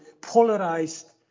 polarized